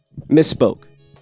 misspoke